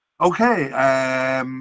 Okay